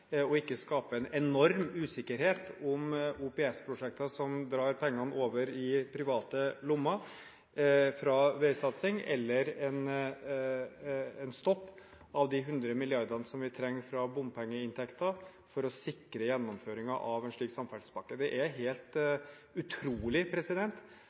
– ikke skape en enorm usikkerhet om OPS-prosjekter, som drar pengene fra veisatsing over i private lommer, eller stoppe de 100 mrd. kr fra bompengeinntekter som vi trenger for å sikre gjennomføringen av en slik samferdselspakke. Det er helt